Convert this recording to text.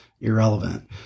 irrelevant